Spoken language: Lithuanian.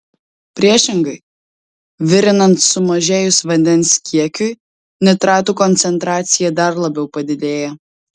priešingai virinant sumažėjus vandens kiekiui nitratų koncentracija dar labiau padidėja